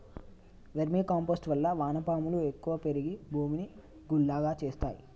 vermi compost వల్ల వాన పాములు ఎక్కువ పెరిగి భూమిని గుల్లగా చేస్తాయి